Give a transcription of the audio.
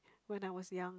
when I was young